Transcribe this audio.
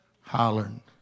hollering